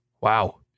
Wow